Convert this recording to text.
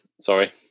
Sorry